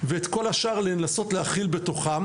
ואת כל השאר לנסות להחיל בתוכם,